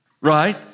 Right